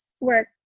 work